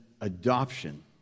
adoption